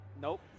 Nope